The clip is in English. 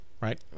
right